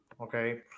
Okay